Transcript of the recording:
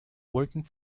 working